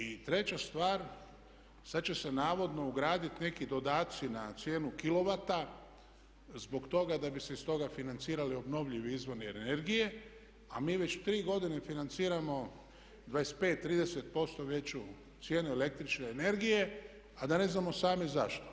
I treća stvar, sad će se navodno ugraditi neki dodaci na cijenu kilovata zbog toga da bi se iz toga financirali obnovljivi izvori energije, a mi već tri godine financiramo 25, 30% veću cijenu električne energije, a da ne znamo sami zašto.